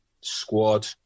squad